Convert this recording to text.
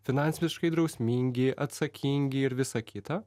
finansiškai drausmingi atsakingi ir visa kita